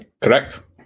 Correct